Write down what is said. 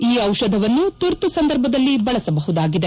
ಈ ಜಿಷಧವನ್ನು ತುರ್ತು ಸಂದರ್ಭದಲ್ಲಿ ಬಳಸಬಹುದಾಗಿದೆ